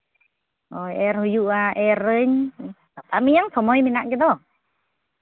ᱚ ᱮᱨ ᱦᱩᱭᱩᱜᱼᱟ ᱮᱨᱟᱹᱧ ᱜᱟᱯᱟ ᱢᱮᱭᱟᱝ ᱥᱚᱢᱚᱭ ᱢᱮᱱᱟᱜ ᱜᱮᱫᱚ